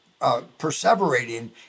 perseverating